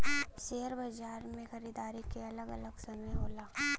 share बाजार मे खरीदारी के अलग अलग समय होला